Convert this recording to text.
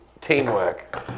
teamwork